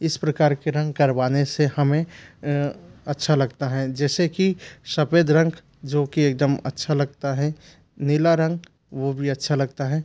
इस प्रकार के रंग करवाने से हमें अच्छा लगता हैं जैसे कि सफेद रंग जो कि एकदम अच्छा लगता हैं नीला रंग वह भी अच्छा लगता है